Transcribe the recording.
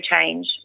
change